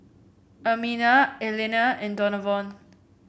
Ermina Elana and Donavon